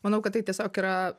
manau kad tai tiesiog yra